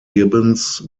gibbons